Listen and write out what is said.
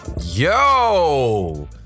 Yo